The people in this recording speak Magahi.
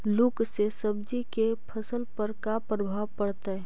लुक से सब्जी के फसल पर का परभाव पड़तै?